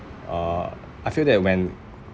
uh I feel that when